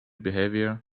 behaviour